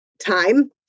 time